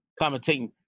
commentating